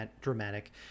dramatic